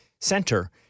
center